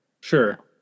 sure